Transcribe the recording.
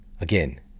again